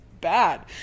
bad